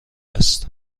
است